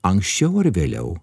anksčiau ar vėliau